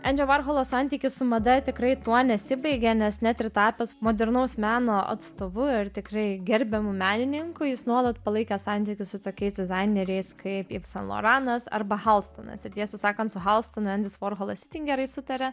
endžio vorholo santykis su mada tikrai tuo nesibaigė nes net ir tapęs modernaus meno atstovu ir tikrai gerbiamu menininku jis nuolat palaikė santykius su tokiais dizaineriais kaip yves saint laurentas arba halstonas ir tiesą sakant su halstonu endis vorholas itin gerai sutaria